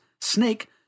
snake